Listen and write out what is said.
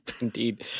indeed